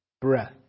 breath